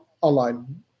online